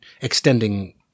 extending